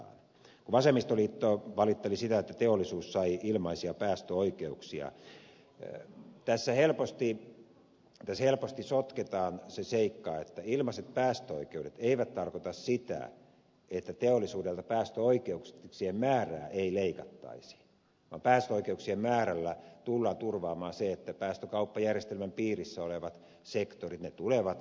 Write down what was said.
kun vasemmistoliitto valitteli sitä että teollisuus sai ilmaisia päästöoikeuksia niin tässä helposti sotketaan se seikka että ilmaiset päästöoikeudet eivät tarkoita sitä että teollisuudelta päästöoikeuksien määrää ei leikattaisi vaan päästöoikeuksien määrällä tullaan turvaamaan se että päästökauppajärjestelmän piirissä olevat sektorit tulevat alentamaan päästöjään